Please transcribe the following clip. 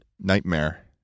Nightmare